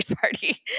party